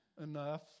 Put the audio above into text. enough